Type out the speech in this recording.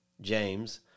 James